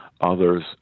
others